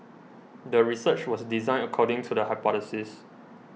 the research was designed according to the hypothesis